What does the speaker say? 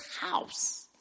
house